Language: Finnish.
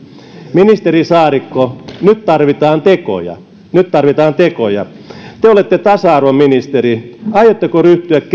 ministeri saarikko nyt tarvitaan tekoja nyt tarvitaan tekoja te olette tasa arvoministeri aiotteko